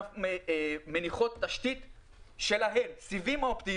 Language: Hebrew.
מניחות תשתית שלהן, סיבים אופטיים.